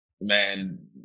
man